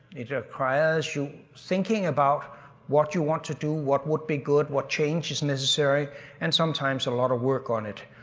it requires you thinking about what you want to do, what would be good, what change is necessary and sometimes a lot of work on it.